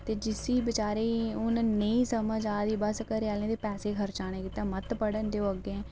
ते जिसी बचैरे गी हून नेईं समझ आ दी घरे आह्लें दे पैसे खर्चाने गित्तै मत पढ़न देओ अग्गें